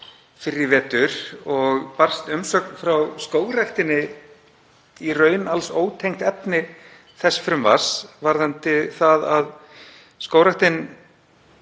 fyrr í vetur og barst umsögn frá Skógræktinni, í raun alls ótengt efni þess frumvarps, um að Skógræktin